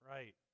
Right